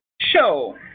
show